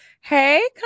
Hey